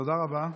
תודה רבה.